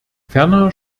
ferner